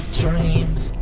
dreams